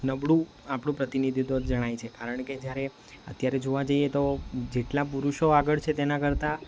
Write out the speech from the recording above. નબળું આપણું પ્રતિનિધિત્વ જણાય છે કારણ કે જ્યારે અત્યારે જોવા જઈએ તો જેટલા પુરુષો આગળ છે તેના કરતાં